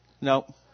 No